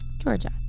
Georgia